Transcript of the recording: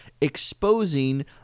exposing